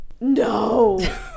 No